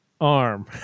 arm